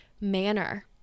manner